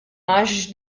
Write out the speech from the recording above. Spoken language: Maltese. għax